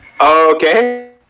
Okay